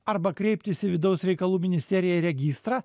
arba kreiptis į vidaus reikalų ministeriją ir registrą